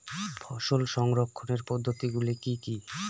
ফসল সংরক্ষণের পদ্ধতিগুলি কি কি?